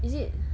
is it